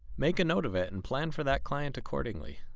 make a note of it and plan for that client accordingly.